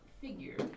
figure